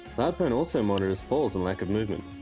cloudphone also monitors falls and lack of movement,